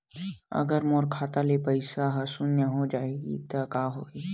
अगर मोर खाता के पईसा ह शून्य हो जाही त का होही?